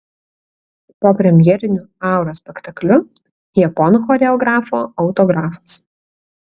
po premjeriniu auros spektakliu japonų choreografo autografas